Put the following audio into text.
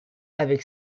avec